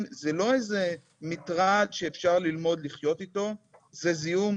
היום ה-16 ביוני 2022, י"ז בסיוון